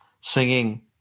singing